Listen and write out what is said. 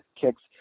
kicks